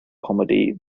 comedy